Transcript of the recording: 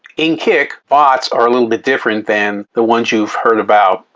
in kik, bots are a little bit different than the ones you've heard about,